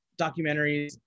documentaries